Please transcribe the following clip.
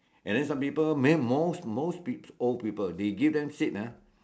and then some people may most most old people they give them seat ah